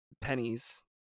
pennies